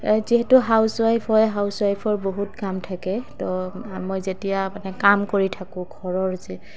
যিহেতু হাউচৱাইফ হয় হাউচৱাইফৰ বহুত কাম থাকে তো মই যেতিয়া মানে কাম কৰি থাকোঁ ঘৰৰ যে